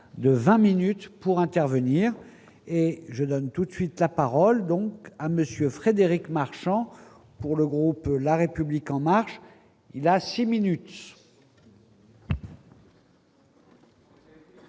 de 20 minutes pour intervenir et je donne tout de suite la parole donc à Monsieur Frédéric Marchand pour le groupe, la République en marche, il y a 6 minutes.